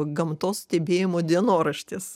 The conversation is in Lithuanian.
gamtos stebėjimo dienoraštis